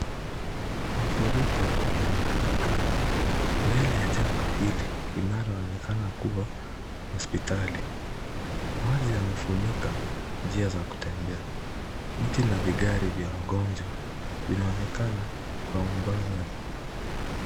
Mafuriko yametapaka mbele ya jengo hili linaloonekana kuwa hospitali. Maji yamefunika njia za kutembea. Miti na vigari vya wagonjwa vinaonekana vya umbali.